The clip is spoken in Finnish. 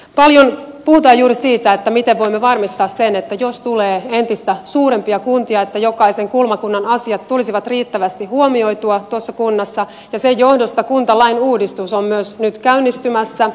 paljon puhutaan juuri siitä miten voimme varmistaa sen että jos tulee entistä suurempia kuntia niin jokaisen kulmakunnan asiat tulisivat riittävästi huomioitua tuossa kunnassa ja sen johdosta kuntalain uudistus on myös nyt käynnistymässä